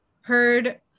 heard